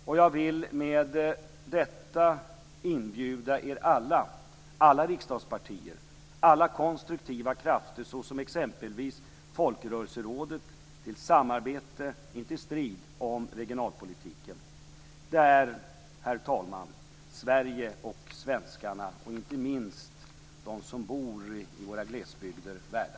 Och jag vill med detta inbjuda alla riksdagspartier och alla konstruktiva krafter, t.ex. Folkrörelserådet, till samarbete, inte strid, om regionalpolitiken. Det är, herr talman, Sverige och svenskarna, och inte minst de som bor i våra glesbygder, värda.